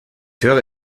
höre